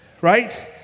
right